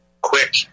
quick